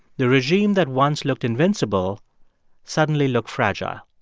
the regime that once looked invincible suddenly looked fragile.